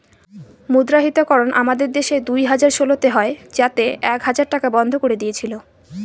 মুদ্রাহিতকরণ আমাদের দেশে দুই হাজার ষোলোতে হয় যাতে এক হাজার টাকা বন্ধ করে দিয়েছিল